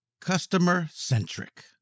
Customer-Centric